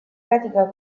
pratica